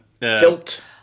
Hilt